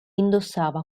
indossava